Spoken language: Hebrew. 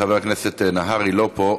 חבר הכנסת נהרי, לא פה.